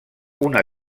una